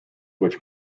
which